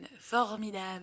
Formidable